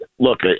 Look